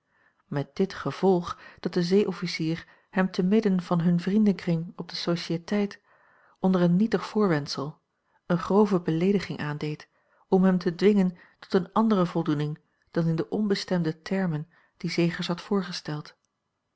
met dit gevolg dat de zeeofficier hem te midden van hun vriendenkring op de sociëteit onder een nietig voorwendsel eene grove beleediging aandeed om hem te dwingen tot eene andere voldoening dan in de onbestemde termen die zegers had voorgesteld